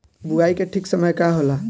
बुआई के ठीक समय का होला?